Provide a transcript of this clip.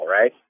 right